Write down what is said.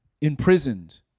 imprisoned